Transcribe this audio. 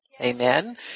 Amen